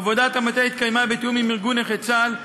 עבודת המטה התקיימה בתיאום עם ארגון נכי צה״ל,